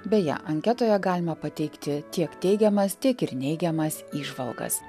beje anketoje galima pateikti tiek teigiamas tiek ir neigiamas įžvalgas